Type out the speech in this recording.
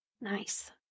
Nice